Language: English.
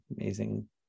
amazing